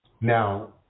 Now